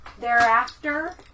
thereafter